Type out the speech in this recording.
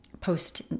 post